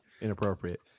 inappropriate